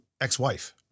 Ex-wife